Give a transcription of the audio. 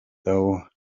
though